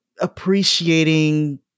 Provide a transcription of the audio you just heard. appreciating